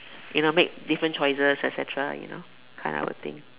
in the made difference choices et-cetera you know kind of thing